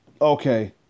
Okay